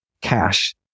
cash